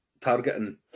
targeting